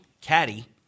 Caddy